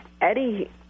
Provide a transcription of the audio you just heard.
Eddie